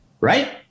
right